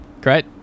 Great